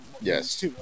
Yes